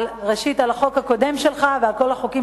ראשית על החוק הקודם שלך ועל כל החוקים